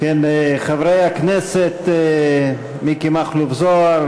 חברי הכנסת מכלוף מיקי זוהר,